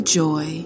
joy